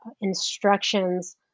instructions